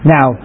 Now